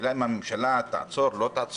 השאלה אם הממשלה תעצור או לא תעצור,